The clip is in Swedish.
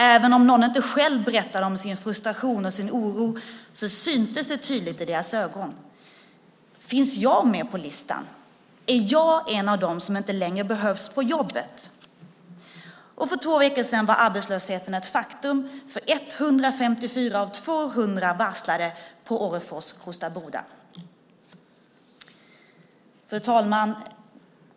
Även om inte någon själv berättade om sin frustration och oro syntes den tydligt i deras ögon: Finns jag med på listan? Är jag en av dem som inte längre behövs på jobbet? För två veckor sedan var arbetslösheten ett faktum för 154 av 200 varslade på Orrefors Kosta Boda. Fru talman!